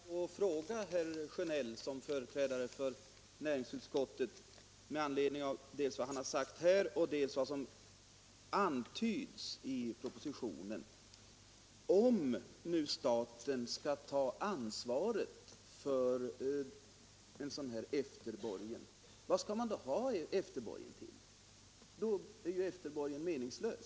Herr talman! Jag skulle vilja ställa en fråga till herr Sjönell som företrädare för utskottet med anledning av dels vad han sagt här, dels vad som antytts i propositionen. Om nu staten skall ha ansvaret för en sådan här efterborgen, vad skall man då ha den till? En efterborgen blir ju i så fall meningslös.